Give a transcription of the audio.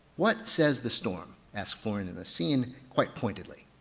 what says the storm? asked florian in the scene quite pointedly.